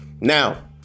Now